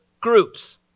groups